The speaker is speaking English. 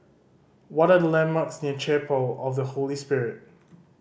what are the landmarks near Chapel of the Holy Spirit